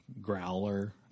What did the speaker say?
Growler